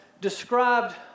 described